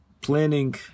planning